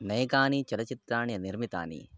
नैकानि चलच्चित्रणि निर्मितानि